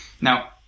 Now